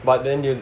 but then you